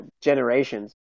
Generations